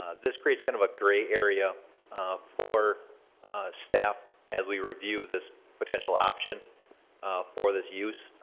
ah this creates kind of a gray area for staff as we review this potential option for this use.